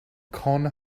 con